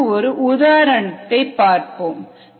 இதற்கு ஒரு உதாரணத்தை பார்ப்போம்